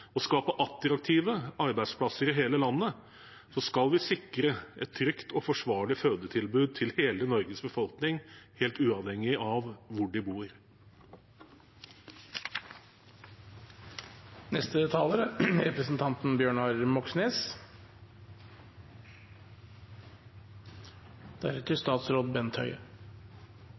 skape attraktive arbeidsplasser i hele landet skal vi sikre et trygt og forsvarlig fødetilbud til hele Norges befolkning, helt uavhengig av hvor de